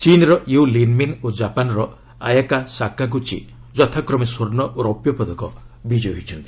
ଚୀନ୍ର Yu Linmin ଓ ଜାପାନ୍ର ଆୟାକା ସାକାଗୁଚି ଯଥାକ୍ରମେ ସ୍ୱର୍ଷ୍ଣ ଓ ରୌପ୍ୟ ପଦକ ବିଜୟୀ ହୋଇଛନ୍ତି